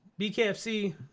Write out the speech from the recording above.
BKFC